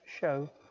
show